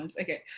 Okay